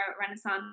Renaissance